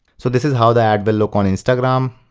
so this is how the ad will look on instragram.